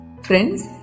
Friends